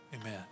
Amen